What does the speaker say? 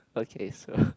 okay so